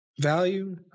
value